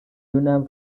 جونم